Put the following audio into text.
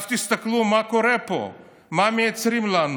תסתכלו מה קורה פה, מה מייצרים לנו: